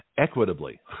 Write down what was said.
Equitably